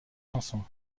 chanson